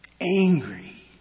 angry